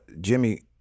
Jimmy